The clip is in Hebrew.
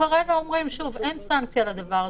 כרגע אין סנקציה לדבר הזה,